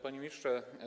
Panie Ministrze!